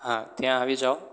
હા ત્યાં આવી જાવ